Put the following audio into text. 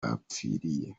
yapfiriye